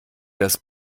das